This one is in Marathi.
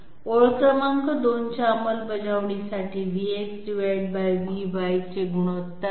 ओळ क्रमांक 2 च्या अंमलबजावणीसाठी VxVy चे गुणोत्तर आहे